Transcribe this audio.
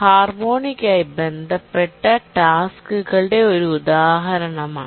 harmonic ആയി ബന്ധപ്പെട്ട ടാസ്ക്കുകളുടെ ഒരു ഉദാഹരണമാണ്